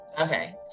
Okay